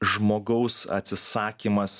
žmogaus atsisakymas